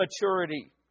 maturity